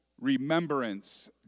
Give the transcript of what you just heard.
Remembrance